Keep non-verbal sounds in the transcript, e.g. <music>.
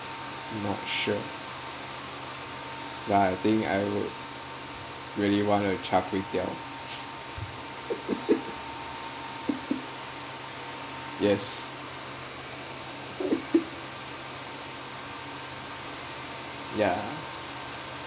not sure but I think I would really want a char kway teow <laughs> yes <laughs> ya